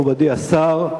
מכובדי השר,